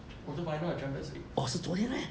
ocean final ah champions league